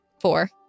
Four